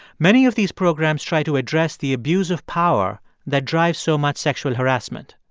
many of these programs try to address the abuse of power that drives so much sexual harassment.